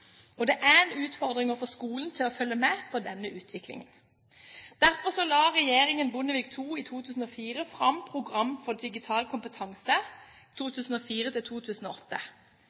og det er en utfordring å få skolen til å følge med på denne utviklingen. Derfor la regjeringen Bondevik II i 2004 fram Program for digital kompetanse